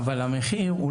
ברוך ה' נאות,